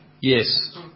Yes